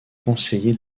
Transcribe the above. conseiller